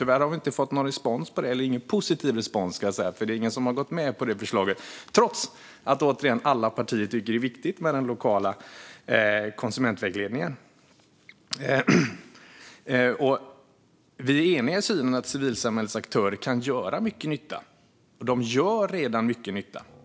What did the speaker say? Tyvärr har vi inte fått någon positiv respons på det. Det är ingen som har gått med på förslaget trots att alla partier tycker att det är viktigt med den lokala konsumentvägledningen. Vi är eniga i synen att civilsamhällets aktörer kan göra mycket nytta, och de gör redan mycket nytta.